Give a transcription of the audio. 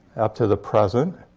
up to the present.